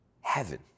heaven